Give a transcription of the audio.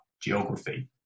geography